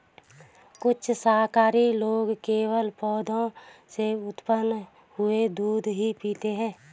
कुछ शाकाहारी लोग केवल पौधों से उत्पन्न हुआ दूध ही पीते हैं